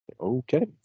Okay